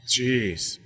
Jeez